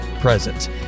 present